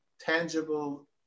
tangible